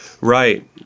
Right